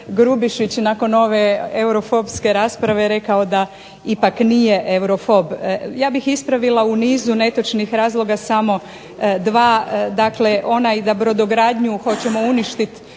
Grubišić rekao nakon ove eurofobske rasprave rekao da ipak nije eurofob. Ja bih ispravila u nizu netočnih razloga samo dva, dakle onaj da brodogradnju hoćemo uništiti